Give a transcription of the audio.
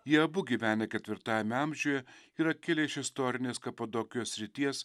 jie abu gyvenę ketvirtajame amžiuje yra kilę iš istorinės kapadokijos srities